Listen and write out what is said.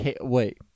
Wait